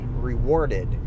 rewarded